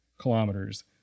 kilometers